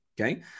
Okay